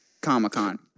Comic-Con